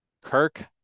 Kirk